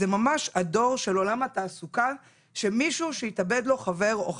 זה ממש הדור של עולם התעסוקה שמישהו שהתאבד לו חבר או חברה,